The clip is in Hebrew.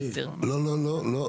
56 לא התקבלה.